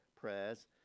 prayers